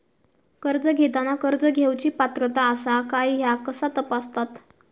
कर्ज घेताना कर्ज घेवची पात्रता आसा काय ह्या कसा तपासतात?